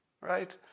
right